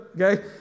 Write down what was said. okay